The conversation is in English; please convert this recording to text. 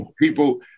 people